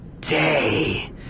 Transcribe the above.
day